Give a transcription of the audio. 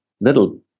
little